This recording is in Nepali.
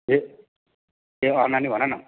ए ए नानी भन न